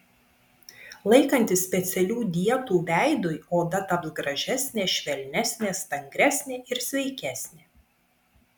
laikantis specialių dietų veidui oda taps gražesnė švelnesnė stangresnė ir sveikesnė